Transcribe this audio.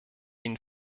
ihnen